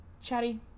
Chatty